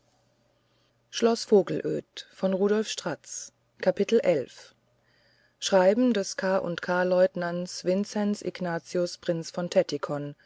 schreiben des k k lieutenants vinzenz ignatius prinz von tettikon